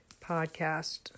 podcast